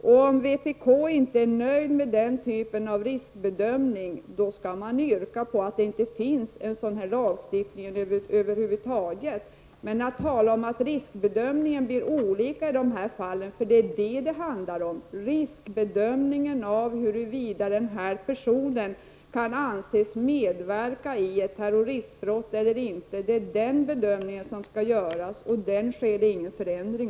Om ni i vpk inte är nöjda med den typen av riskbedömning, skall ni yrka att det inte finns någon sådan här lagstiftning över huvud taget. Man kan inte tala om att riskbedömningen blir olika i de här fallen. Vad det är fråga om är ju riskbedömningen av huruvida personen kan anses medverka i ett terroristbrott eller inte. Det är alltså den bedömning som skall göras, men på den punkten sker det ingen förändring.